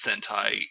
Sentai